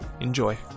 Enjoy